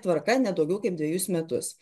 tvarka ne daugiau kaip dvejus metus